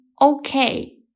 okay